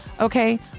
Okay